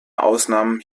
ausnahmen